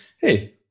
hey